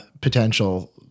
potential